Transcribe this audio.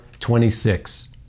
26